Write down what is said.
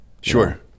Sure